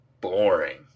boring